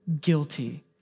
guilty